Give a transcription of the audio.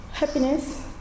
happiness